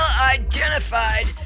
identified